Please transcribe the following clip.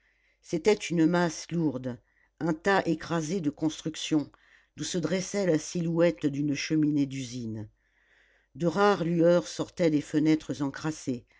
c'était une masse lourde un tas écrasé de constructions d'où se dressait la silhouette d'une cheminée d'usine de rares lueurs sortaient des fenêtres encrassées